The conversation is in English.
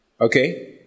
Okay